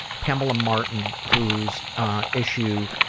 pamela martin, whose issue